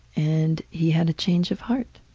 and he had a change of heart.